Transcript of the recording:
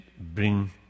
bring